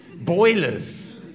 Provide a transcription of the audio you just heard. Boilers